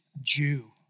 Jew